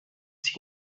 sich